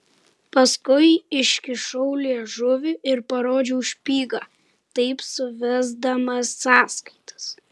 paskui iškišau liežuvį ir parodžiau špygą taip suvesdamas sąskaitas